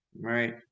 Right